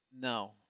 No